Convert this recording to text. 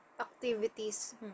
activities